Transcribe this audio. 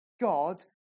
God